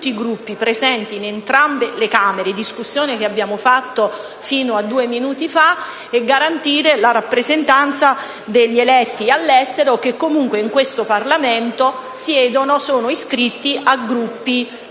tutti i Gruppi presenti in entrambe le Camere - discussione che abbiamo fatto fino a due minuti fa - e garantire la rappresentanza degli eletti all'estero, che comunque in questo Parlamento siedono, essendo iscritti ai Gruppi